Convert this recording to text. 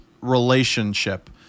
relationship